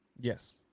Yes